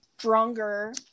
stronger